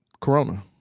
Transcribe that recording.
Corona